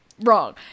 wrong